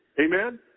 Amen